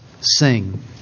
sing